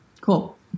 cool